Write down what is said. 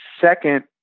second